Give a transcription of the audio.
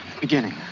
Beginning